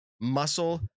muscle